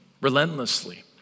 relentlessly